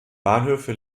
bahnhöfe